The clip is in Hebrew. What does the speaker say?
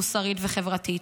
מוסרית וחברתית.